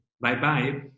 Bye-bye